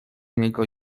niego